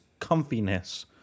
comfiness